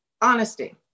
Honesty